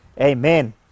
Amen